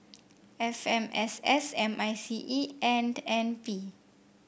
F M S S M I C E and N P